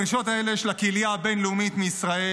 הדרישות האלה של הקהילה הבין-לאומית מישראל